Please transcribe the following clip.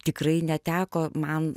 tikrai neteko man